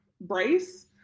brace